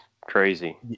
crazy